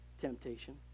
temptation